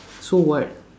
so what